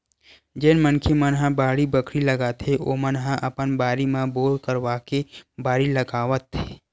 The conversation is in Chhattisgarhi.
जेन मनखे मन ह बाड़ी बखरी लगाथे ओमन ह अपन बारी म बोर करवाके बारी लगावत